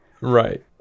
Right